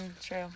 True